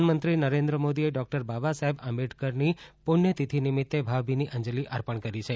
પ્રધાનમંત્રી નરેન્દ્ર મોદીએ ડોક્ટર બાબાસાહેબ આંબેડકરની પુણ્થતિથી નિમિત્તે ભાવભીની અંજલી અર્પણ કરી છે